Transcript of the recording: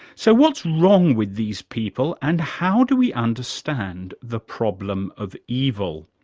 so what's wrong with these people and how do we understand the problem of evil,